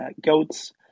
goats